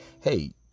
Hey